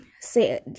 say